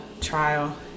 trial